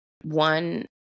one